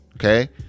okay